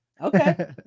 Okay